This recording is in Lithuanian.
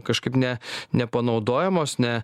kažkaip ne nepanaudojamos ne